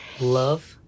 Love